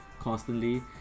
Constantly